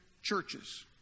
churches